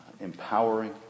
empowering